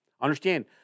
Understand